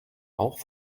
auch